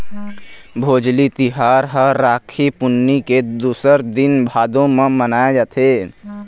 भोजली तिहार ह राखी पुन्नी के दूसर दिन भादो म मनाए जाथे